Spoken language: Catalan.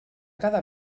cada